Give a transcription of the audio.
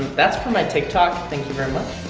that's for my tik tok, thank you very much.